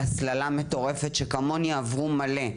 לדרך שכמוני עברו מלא,